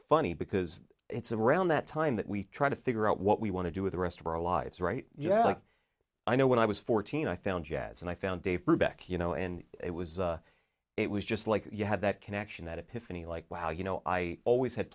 funny because it's around that time that we try to figure out what we want to do with the rest of our lives right yeah i know when i was fourteen i found jazz and i found dave brubeck you know and it was it was just like you have that connection that epiphany like wow you know i always had